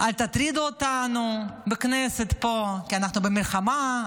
אל תטרידו אותנו בכנסת פה כי אנחנו במלחמה,